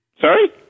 Sorry